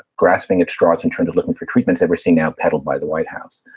grasping at straws in terms of looking for treatments that we're seeing now peddled by the white house.